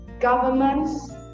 governments